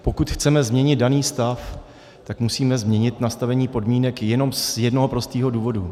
Pokud chceme změnit daný stav, tak musíme změnit nastavení podmínek jenom z jednoho prostého důvodu.